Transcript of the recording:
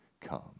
come